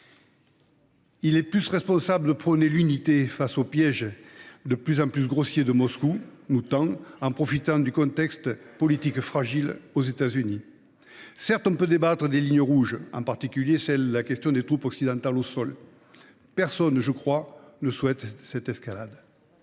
Il est plus responsable de prôner l’unité face au piège de plus en plus grossier que Moscou nous tend, en profitant du contexte politique fragile aux États Unis. Certes, nous pouvons débattre des lignes rouges, en particulier celle de la question des troupes occidentales au sol. Personne, je crois, ne souhaite une telle escalade,